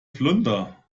flunder